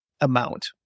amount